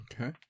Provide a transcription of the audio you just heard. Okay